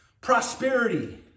Prosperity